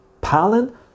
Palin